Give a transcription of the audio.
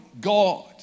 God